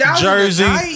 Jersey